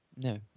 No